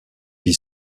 vie